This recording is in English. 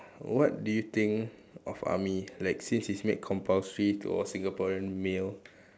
what do you think of army like since it's made compulsory to all Singaporean male